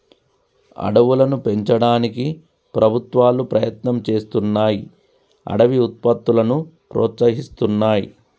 అడవులను పెంచడానికి ప్రభుత్వాలు ప్రయత్నం చేస్తున్నాయ్ అడవి ఉత్పత్తులను ప్రోత్సహిస్తున్నాయి